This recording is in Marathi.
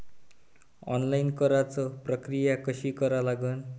ऑनलाईन कराच प्रक्रिया कशी करा लागन?